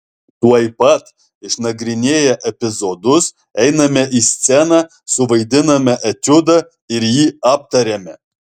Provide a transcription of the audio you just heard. tuoj pat išnagrinėję epizodus einame į sceną suvaidiname etiudą ir jį aptariame